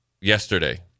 yesterday